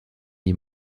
die